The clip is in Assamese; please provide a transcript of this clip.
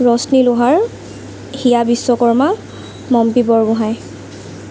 ৰচনি লোহাৰ হিয়া বিশ্বকৰ্মা মম্পী বৰগোঁহাই